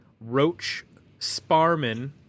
Roach-Sparman